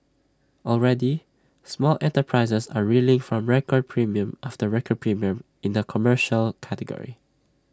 already small enterprises are reeling from record premium after record premium in the commercial category